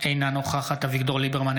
אינה נוכחת אביגדור ליברמן,